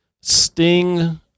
sting